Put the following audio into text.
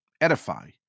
edify